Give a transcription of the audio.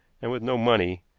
and with no money,